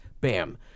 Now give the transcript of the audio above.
bam